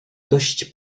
dość